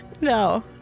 No